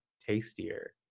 tastier